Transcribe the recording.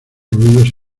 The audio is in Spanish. ruidos